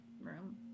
room